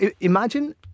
Imagine